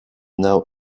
now